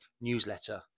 newsletter